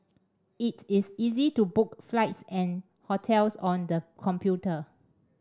it is easy to book flights and hotels on the computer